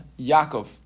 Yaakov